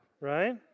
right